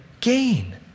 gain